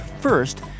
first